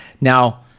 Now